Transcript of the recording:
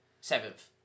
seventh